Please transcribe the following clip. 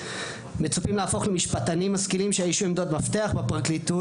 מצופים להפוך למשפטנים משכילים שיאיישו עמדות מפתח בפרקליטות,